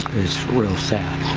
is real sad.